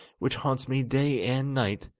which haunts me day and night,